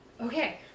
Okay